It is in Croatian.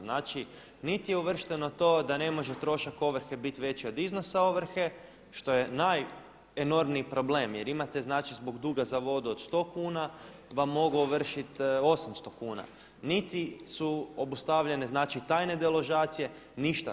Znači niti je uvršteno to da ne može trošak ovrhe biti veći od iznosa ovrhe, što je najenormniji problem jer imate zbog duga za vodu od 100 kuna vam mogu ovršiti 800 kuna, niti su obustavljene tajne deložacije, ništa.